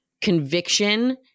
conviction